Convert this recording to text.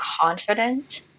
confident